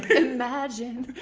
and imagine.